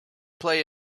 play